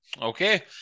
Okay